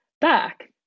back